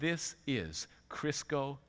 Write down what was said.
this is chris go